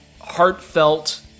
heartfelt